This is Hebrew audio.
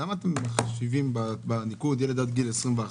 למה אתם מחשבים בניקוד ילד עד גיל 21?